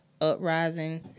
uprising